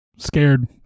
scared